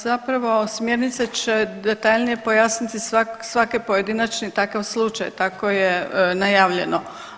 Zapravo smjernice će detaljnije pojasniti svaki pojedinačni takav slučaj, tako je najavljeno.